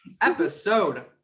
Episode